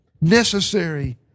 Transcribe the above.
necessary